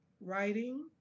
writing